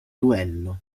duello